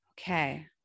Okay